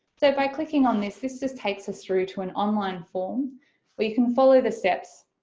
so by clicking on this this just takes us through to an online form or you can follow the steps.